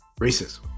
Racism